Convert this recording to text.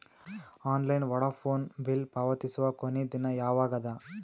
Online Vodafone bill ಪಾವತಿಸುವ ಕೊನಿ ದಿನ ಯವಾಗ ಅದ?